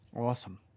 Awesome